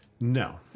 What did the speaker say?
No